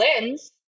lens